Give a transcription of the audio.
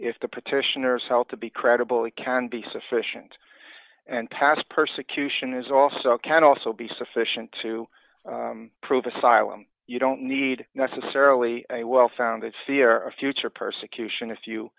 if the petitioners felt to be credible it can be sufficient and pass persecution is also can also be sufficient to prove asylum you don't need necessarily a well founded fear of future persecution if you